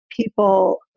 people